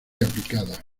aplicada